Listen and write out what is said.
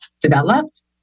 developed